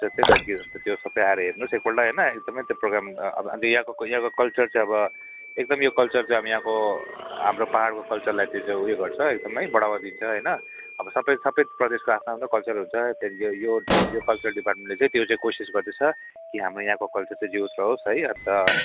हुन्छ त्यही त त्यो त्यो सबै आएर हेर्नुहोस् एकपल्ट होइन एकदमै त्यो प्रोग्राम अब यहाँको यहाँको कल्चर चाहिँ अब एकदमै यो कल्चर चाहिँ अब यहाँको हाम्रो पाहाडको कल्चरलाई चाहिँ उयो गर्छ एकदमै बढावा दिन्छ होइन अब सबै सबै प्रदेशको आफ्नो आफ्नो कल्चर हुन्छ यो यो यो कल्चर डिपार्टमेन्टले चाहिँ त्यो चाहिँ कोसिस गर्दैछ कि हाम्रो यहाँको कल्चर चाहिँ जे होस् रहोस् है अन्त